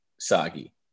soggy